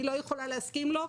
אני לא יכולה להסכים לו,